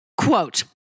quote